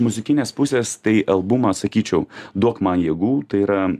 muzikinės pusės tai albumą sakyčiau duok man jėgų tai yra